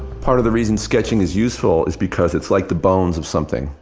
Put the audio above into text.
part of the reason sketching is useful is because it's like the bones of something.